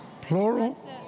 plural